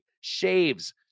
shaves